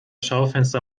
schaufenster